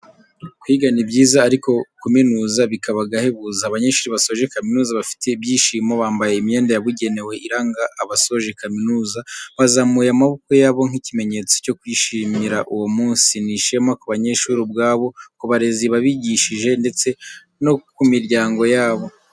Kwiga ni byiza ariko kuminuza bikaba agahebuzo, abanyeshuri basoje kamizuza bafite ibyishimo, bambaye imyenda yabugenewe iranga abasoje kaminuza bazamuye amaboko yabo nk'ikimenyetso cyo kwishimira uwo munsi, ni ishema ku banyeshuri ubwabo, ku barezi babigishije ndetse no ku miryango yabo.